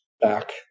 back